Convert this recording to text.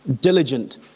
diligent